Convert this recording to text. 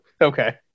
okay